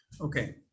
Okay